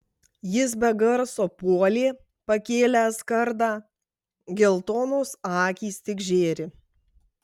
jis be garso puolė pakėlęs kardą geltonos akys tik žėri